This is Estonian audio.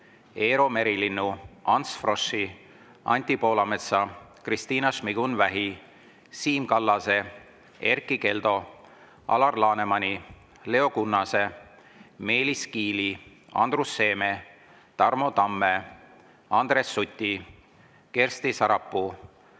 Eero Merilinnu, Ants Froschi, Anti Poolametsa, Kristina Šmigun-Vähi, Siim Kallase, Erkki Keldo, Alar Lanemani, Leo Kunnase, Meelis Kiili, Andrus Seeme, Tarmo Tamme, Andres Suti, Kersti Sarapuu,